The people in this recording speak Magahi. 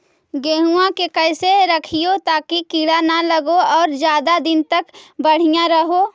गेहुआ के कैसे रखिये ताकी कीड़ा न लगै और ज्यादा दिन तक बढ़िया रहै?